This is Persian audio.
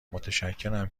متشکرم